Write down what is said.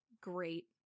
great